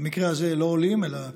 במקרה הזה לא עולים אלא קיימים,